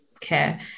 care